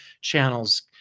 channels